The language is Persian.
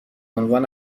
عنوان